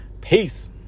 Peace